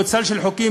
עוד סל של חוקים,